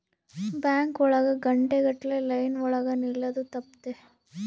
bank ಒಳಗ ಗಂಟೆ ಗಟ್ಲೆ ಲೈನ್ ಒಳಗ ನಿಲ್ಲದು ತಪ್ಪುತ್ತೆ